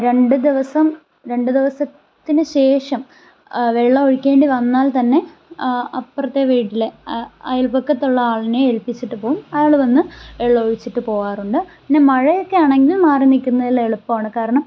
രണ്ട് ദിവസം രണ്ട് ദിവസത്തിന് ശേഷം വെള്ളം ഒഴിക്കേണ്ടി വന്നാൽ തന്നെ അപ്പുറത്തെ വീട്ടിലെ അയൽവക്കത്തുള്ള ആളിനെ ഏൽപ്പിച്ചിട്ട് പോവും ആൾ വന്ന് വെള്ളം ഒഴിച്ചിട്ട് പോവാറുണ്ട് പിന്നെ മഴയൊക്കെ ആണെങ്കിൽ മാറി നിക്കുന്നതിൽ എളുപ്പമാണ് കാരണം